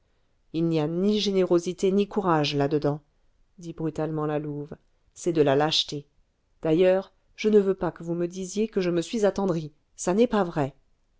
il n'y a ni générosité ni courage là-dedans dit brutalement la louve c'est de la lâcheté d'ailleurs je ne veux pas que vous me disiez que je me suis attendrie ça n'est pas vrai